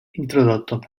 introdotto